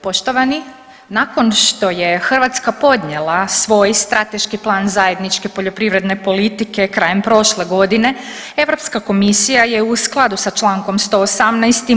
Poštovani, nakon što je Hrvatska podnijela svoj strateški plan zajedničke poljoprivredne politike krajem prošle godine, Europska komisija je u skladu sa Člankom 118.